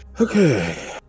Okay